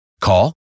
Call